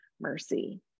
mercy